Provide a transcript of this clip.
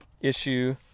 issue